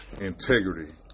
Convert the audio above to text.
integrity